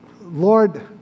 Lord